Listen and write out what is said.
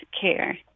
care